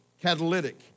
catalytic